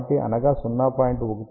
కాబట్టి అనగా 0